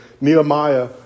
Nehemiah